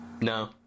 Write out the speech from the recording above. No